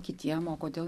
kitiem o kodėl